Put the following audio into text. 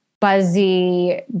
buzzy